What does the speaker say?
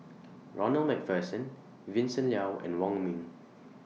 Ronald MacPherson Vincent Leow and Wong Ming